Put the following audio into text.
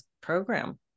program